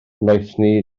noethni